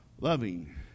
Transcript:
Loving